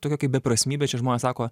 tokia kaip beprasmybė čia žmonės sako